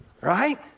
Right